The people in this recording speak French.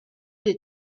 des